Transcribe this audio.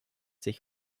sich